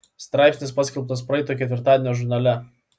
straipsnis paskelbtas praeito ketvirtadienio žurnale